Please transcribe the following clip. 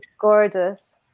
gorgeous